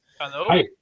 Hello